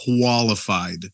qualified